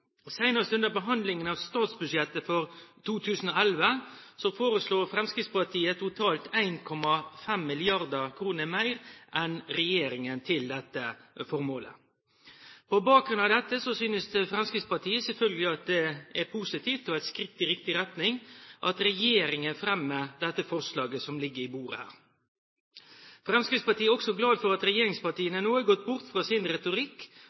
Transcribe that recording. Senest under behandlingen av statsbudsjettet for 2011 foreslo Fremskrittspartiet totalt 1,5 mrd. kr mer enn regjeringen til dette formålet. På bakgrunn av dette synes Fremskrittspartiet selvfølgelig at det er positivt og et skritt i riktig retning at regjeringen fremmer dette forslaget. Fremskrittspartiet er også glad for at regjeringspartiene nå har gått bort fra sin retorikk